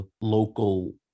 local